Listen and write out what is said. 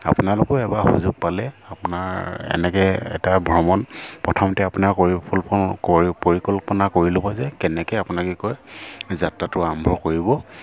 আপোনালোকো এবাৰ সুযোগ পালে আপোনাৰ এনেকৈ এটা ভ্ৰমণ প্ৰথমতে আপোনাৰ পৰিকল্পন কৰি পৰিকল্পনা কৰি ল'ব যে কেনেকৈ আপোনাক কয় যাত্ৰাটো আৰম্ভ কৰিব